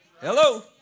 Hello